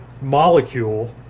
molecule